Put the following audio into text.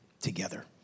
together